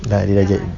dah dia dah jadi